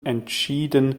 entschieden